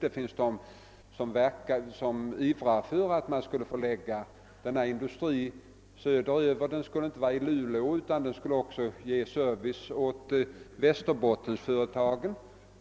Det fanns, sade man, de som ivrade för en förläggning söder över. Den skulle inte ligga i Luleå — den skulle också ge service åt Västerbottensföretagen.